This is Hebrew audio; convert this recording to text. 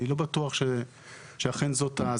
בטוח שאכן זה כך,